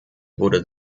wurde